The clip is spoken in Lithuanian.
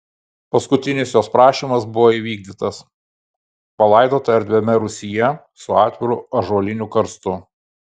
paskutinis jos prašymas buvo įvykdytas palaidota erdviame rūsyje su atviru ąžuoliniu karstu